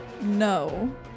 No